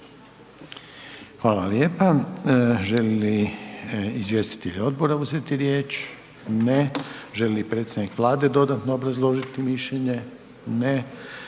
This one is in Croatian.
Hvala lijepa. Žele li izvjestitelji odbora uzeti riječ? Ne. Želi li predstavnik Vlade dodatno obrazložiti mišljenje? Ne.